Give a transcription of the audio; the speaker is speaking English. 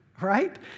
right